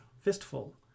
fistful